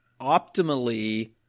optimally